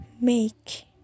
Make